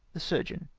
the surgeon.